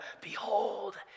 Behold